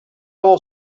all